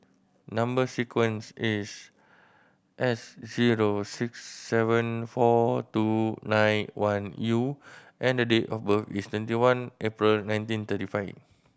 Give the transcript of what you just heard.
number sequence is S zero six seven four two nine one U and date of birth is twenty one April nineteen thirty five